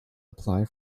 apply